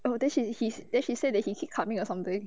oh then she he then she said that he keep coming or something